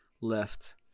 left